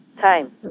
time